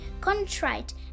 contrite